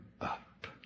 up